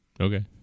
Okay